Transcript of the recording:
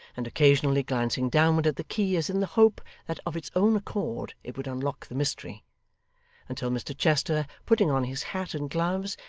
and occasionally glancing downward at the key as in the hope that of its own accord it would unlock the mystery until mr chester, putting on his hat and gloves,